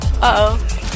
uh-oh